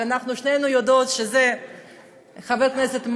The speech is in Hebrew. אבל אנחנו שתינו יודעות שזה חבר כנסת,